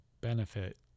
benefit